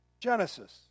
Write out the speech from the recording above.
Genesis